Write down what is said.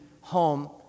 home